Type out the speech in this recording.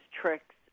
tricks